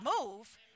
move